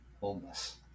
homeless